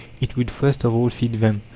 it would first of all feed them.